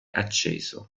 acceso